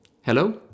Hello